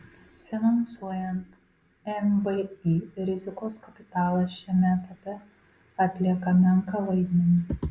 finansuojant mvį rizikos kapitalas šiame etape atlieka menką vaidmenį